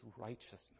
righteousness